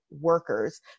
workers